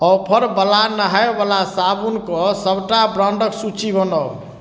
ऑफरवला नहाइवला साबुनके सबटा ब्राण्डके सूची बनाउ